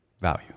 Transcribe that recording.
value